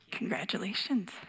Congratulations